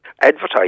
Advertise